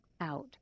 out